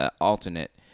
alternate